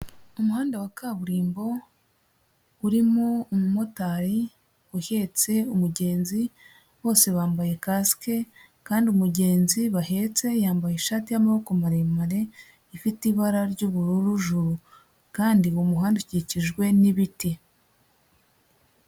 Umuhanda wa kaburimbo urimo umumotari uhetse umugenzi, bose bambaye kasike, kandi umugenzi bahetse yambaye ishati y'amaboko maremare, ifite ibara ry'ubururu juru kandi mu muhanda ukikijwe n'ibiti.